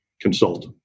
consult